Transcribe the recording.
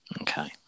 Okay